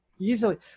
easily